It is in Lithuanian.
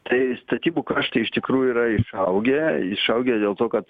tai statybų kaštai iš tikrųjų yra išaugę išaugę dėl to kad